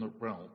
realm